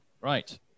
Right